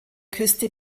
küste